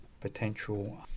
potential